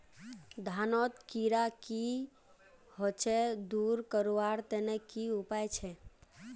धानोत कीड़ा की होचे दूर करवार तने की उपाय छे?